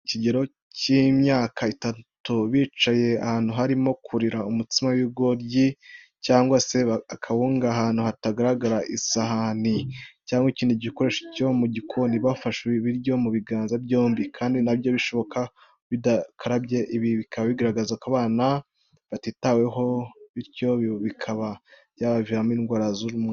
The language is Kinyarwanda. Abana babiri bari mu kigero cy'imyaka itanu, bicaye ahantu barimo kurira umutsima w'ibigori cyangwa se akawunga ahantu hatagaragara isahani cyangwa ikindi gikoresho cyo mu gikoni, bafashe ibiryo mu biganza byombi kandi na byo birashoboka ko bidakarabye, ibi bikaba bigaragaza ko aba bana batitaweho, bityo bikaba byabaviramo indwara z'umwanda.